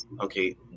okay